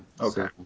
Okay